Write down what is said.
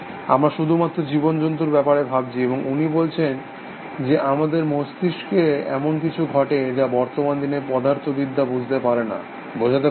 আমরা শুধুমাত্র জীবজন্তুর ব্যাপারে ভাবছি এবং উনি বলছেন যে আমাদের মস্তিষ্কে এমন কিছু ঘটে যা বর্তমান দিনের পদার্থবিদ্যা বুঝতে পারে না বোঝাতে পারে না